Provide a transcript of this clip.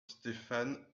stéphane